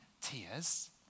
tears